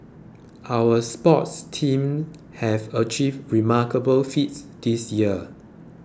our sports teams have achieved remarkable feats this year